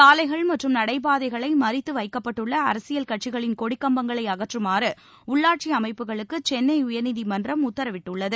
சாலைகள் நடைபாதைகளைமறித்துவைக்கப்பட்டுள்ளஅரசியல் கட்சிகளின் மற்றும் கொடிகம்பங்களைஅகற்றுமாறுஉள்ளாட்சிஅமைப்புகளுக்குசென்னஉயர்நீதிமன்றம் உத்தரவிட்டுள்ளது